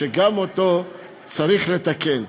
שגם אותו צריך לתקן,